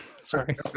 sorry